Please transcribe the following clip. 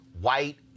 white